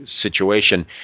situation